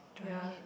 ya